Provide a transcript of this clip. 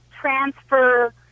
transfer